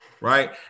Right